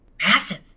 massive